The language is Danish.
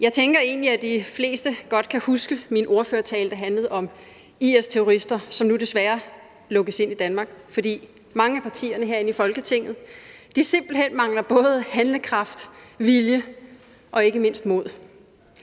Jeg tænker egentlig, at de fleste godt kan huske min ordførertale, der handlede om IS-terrorister, som nu desværre lukkes ind i Danmark, fordi mange af partierne herinde i Folketinget simpelt hen mangler både handlekraft, vilje og ikke mindst mod.